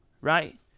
right